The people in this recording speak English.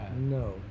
No